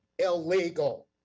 illegal